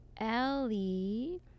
Ellie